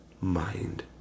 Mind